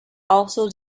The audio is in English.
also